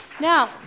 Now